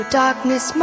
darkness